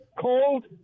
Cold